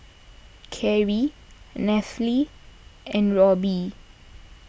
Karrie Nathaly and Robby